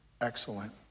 excellent